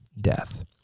death